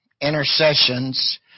intercessions